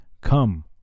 Come